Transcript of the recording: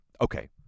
Okay